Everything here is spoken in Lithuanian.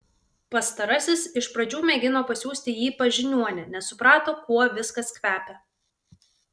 pastarasis iš pradžių mėgino pasiųsti jį pas žiniuonę nes suprato kuo viskas kvepia